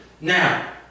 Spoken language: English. Now